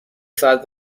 ساعت